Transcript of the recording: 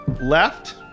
left